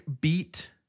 beat